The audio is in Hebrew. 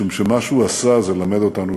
משום שמה שהוא עשה זה ללמד אותנו